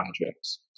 projects